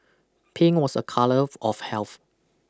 pink was a colour of health